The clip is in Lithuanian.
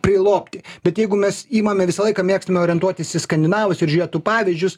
prilobti bet jeigu mes imame visą laiką mėgstame orientuotis į skandinavus ir žiūrėt tų pavyzdžius